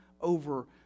over